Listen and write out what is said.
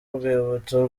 urwibutso